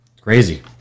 Crazy